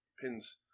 pins